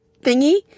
thingy